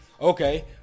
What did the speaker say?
Okay